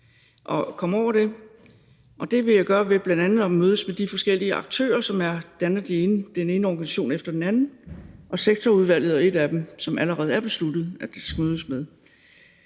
at komme over det. Det vil jeg gøre ved bl.a. at mødes med de forskellige aktører, som danner den ene organisation efter den anden, og sektorudvalget er en af dem, som det allerede er besluttet at mødes med.